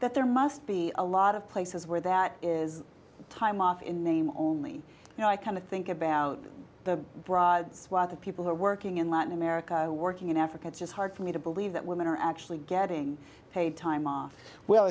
that there must be a lot of places where that is time off in name only you know i kind of think about the broad swath of people who are working in latin america working in africa it's just hard for me to believe that women are actually getting paid time off well